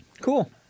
Cool